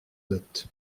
notes